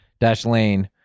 Dashlane